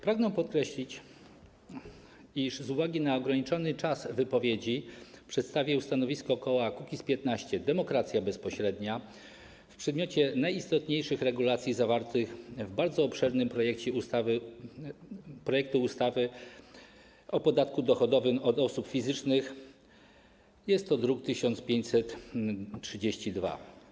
Pragnę podkreślić, iż z uwagi na ograniczony czas wypowiedzi przedstawię stanowisko koła Kukiz’15 - Demokracja Bezpośrednia w przedmiocie najistotniejszych regulacji zawartych w bardzo obszernym projekcie ustawy o zmianie ustawy o podatku dochodowym od osób fizycznych, druk nr 1532.